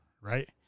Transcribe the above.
right